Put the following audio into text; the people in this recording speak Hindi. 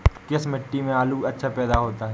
किस मिट्टी में आलू अच्छा पैदा होता है?